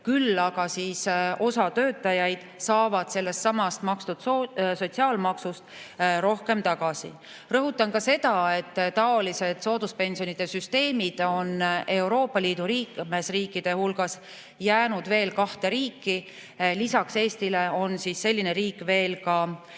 küll aga osa töötajaid saavad sellestsamast makstud sotsiaalmaksust rohkem tagasi. Rõhutan ka seda, et taolised sooduspensionide süsteemid on Euroopa Liidu liikmesriikidest jäänud veel kahte riiki. Lisaks Eestile on selline riik Horvaatia.